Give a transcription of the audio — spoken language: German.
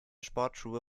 sportschuhe